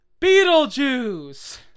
Beetlejuice